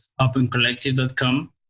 opencollective.com